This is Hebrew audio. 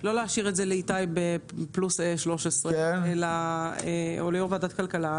לא להשאיר את זה לאיתי פלוס 13 או ליו"ר ועדת הכלכלה,